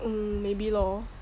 um maybe lor